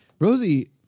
Rosie